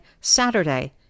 Saturday